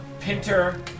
Pinter